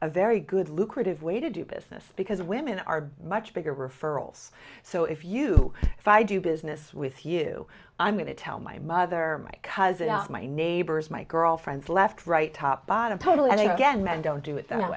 a very good lucrative way to do business because women are much bigger referrals so if you if i do business with you i'm going to tell my mother my cousin my neighbors my girlfriends left right top bought a puddle and again men don't do it